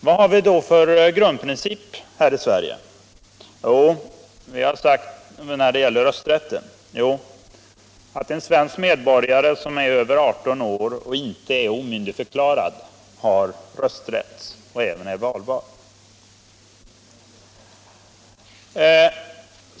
Vad har vi för grundprincip här i Sverige när det gäller rösträtten? Jo, en svensk medborgare som är över 18 år och inte är omyndigförklarad I har rösträtt och är även valbar.